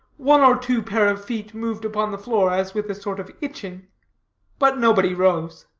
one or two pair of feet moved upon the floor, as with a sort of itching but nobody rose.